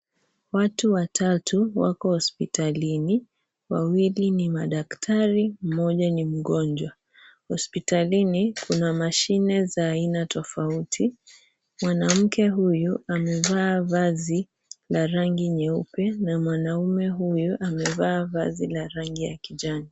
Watu watatu wako hospitalini wawili ni madaktari na mmoja ni mgonjwa hospitalini kuna mashine za aina tofauti, mwanamke huyo amevaa vazi la rangi nyeupe na mwanaume huyo amevaa vazi la rangi ya kijani.